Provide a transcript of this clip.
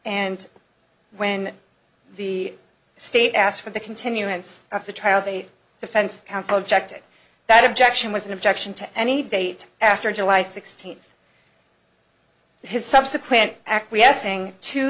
and when the state asked for the continuance of the trial a defense counsel objected that objection was an objection to any date after july sixteenth his subsequent acquiescing to